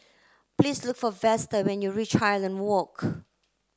please look for Vester when you reach Highland Walk